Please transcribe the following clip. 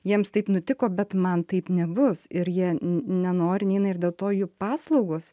jiems taip nutiko bet man taip nebus ir jie nenori neina ir dėl to jų paslaugos